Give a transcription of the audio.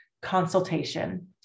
consultation